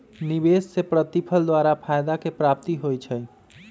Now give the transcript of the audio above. निवेश में प्रतिफल द्वारा फयदा के प्राप्ति होइ छइ